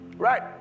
Right